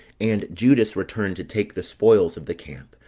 and judas returned to take the spoils of the camp,